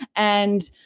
and,